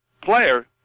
player